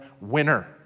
winner